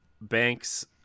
Banks